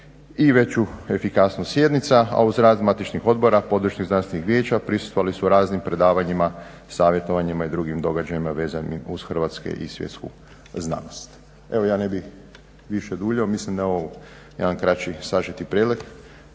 i veću efikasnost sjednica, a uz rad matičnih odbora područnih Znanstvenih vijeća prisustvovali su raznim predavanjima, savjetovanjima i drugim događajima vezanim uz hrvatske i svjetsku znanost. Evo ja ne bih više duljio. Mislim da je ovo jedan kraći, sažeti pregled